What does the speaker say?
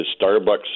Starbucks